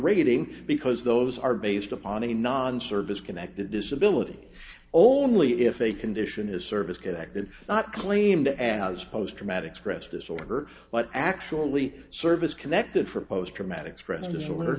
rating because those are based upon a non service connected disability only if a condition is service connected not claimed as post traumatic stress disorder but actually service connected for post traumatic stress disorder